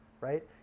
right